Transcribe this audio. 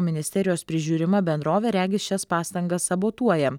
ministerijos prižiūrima bendrovė regis šias pastangas sabotuoja